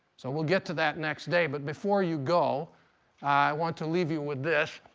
so we'll get to that next day. but before you go i want to leave you with this.